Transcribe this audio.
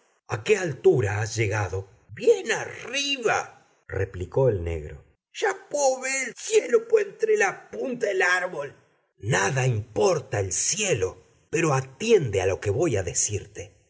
a qué altura has llegado bien arriba replicó el negro ya púo ver el sielo po entre la punta del árbol nada importa el cielo pero atiende a lo que voy a decirte